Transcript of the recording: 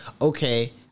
okay